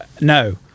No